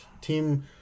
team